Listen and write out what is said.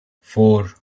four